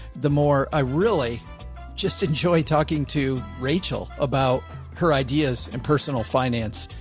the more i really just enjoy talking to rachel about her ideas and personal finance.